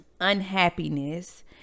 unhappiness